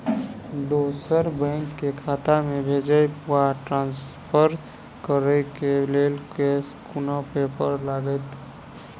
दोसर बैंक केँ खाता मे भेजय वा ट्रान्सफर करै केँ लेल केँ कुन पेपर लागतै?